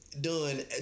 done